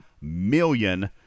million